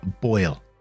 boil